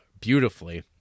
beautifully